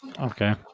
Okay